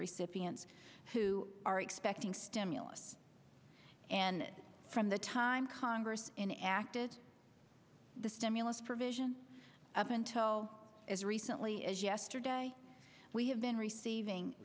recipients who are expecting stimulus and from the time congress in active the stimulus provision up until as recently as yesterday we have been receiving